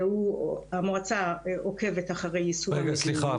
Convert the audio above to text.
המועצה עוקבת אחרי יישום --- סליחה,